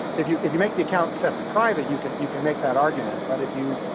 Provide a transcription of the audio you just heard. if you if you make the account set to private, you can you can make that argument, but if you.